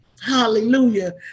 Hallelujah